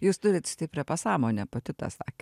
jūs turit stiprią pasąmonę pati tą sakė